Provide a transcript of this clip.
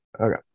Okay